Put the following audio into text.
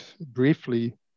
briefly